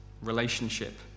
relationship